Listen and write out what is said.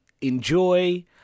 enjoy